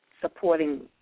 supporting